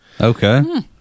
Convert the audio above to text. Okay